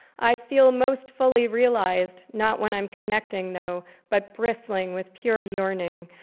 i feel most fully realized not when i'm connecting, though, but bristling with pure yearning,